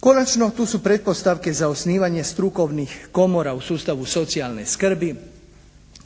Konačno, tu su pretpostavke za osnivanje strukovnih komora u sustavu socijalne skrbi.